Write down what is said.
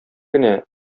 генә